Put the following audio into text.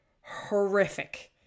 horrific